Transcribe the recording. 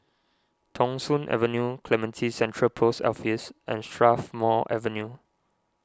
Thong Soon Avenue Clementi Central Post Office and Strathmore Avenue